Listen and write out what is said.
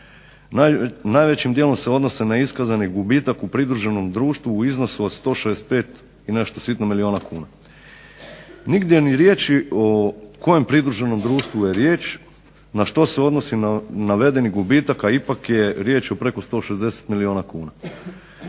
najvećim dijelom se odnose na iskazani gubitak u pridruženom društvu u iznosu od 165 i nešto sitno milijuna kuna. Nigdje ni riječi o kojem pridruženom društvu je riječ, na što se odnosi navedeni gubitak a ipak je riječ o preko 160 milijuna kuna.